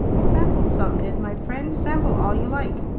sample some, ned my friend, sample all you like.